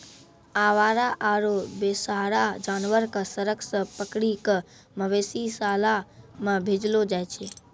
आवारा आरो बेसहारा जानवर कॅ सड़क सॅ पकड़ी कॅ मवेशी शाला मॅ भेजलो जाय छै